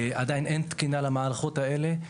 עדיין אין תקינה למערכות האלה.